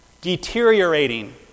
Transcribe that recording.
deteriorating